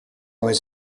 was